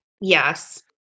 Yes